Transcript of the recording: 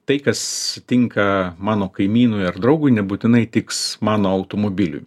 tai kas tinka mano kaimynui ar draugui nebūtinai tiks mano automobiliui